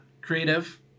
creative